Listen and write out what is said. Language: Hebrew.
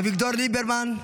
אביגדור ליברמן,